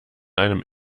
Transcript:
einem